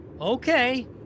Okay